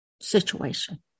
situation